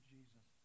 Jesus